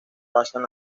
pasan